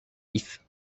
vif